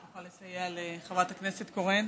אתה תוכל לסייע לחברת הכנסת קורן,